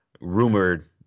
rumored